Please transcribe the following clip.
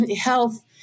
health